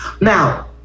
Now